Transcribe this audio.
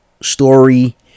story